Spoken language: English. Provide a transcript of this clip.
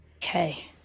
Okay